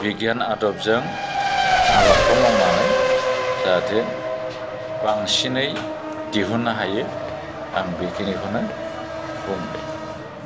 बिगियान आदबजों आबादखौ मावनानै जाहाथे बांसिनै दिहुननो हायो आं बेखिनिखौनो बुंबाय